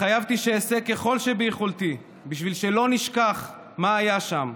התחייבתי שאעשה כל שביכולתי בשביל שלא נשכח מה היה שם,